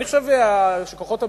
אני חושב שכוחות הביטחון,